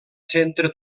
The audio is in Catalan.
centre